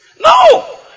No